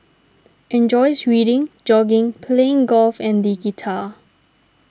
enjoys reading jogging playing golf and the guitar